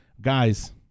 Guys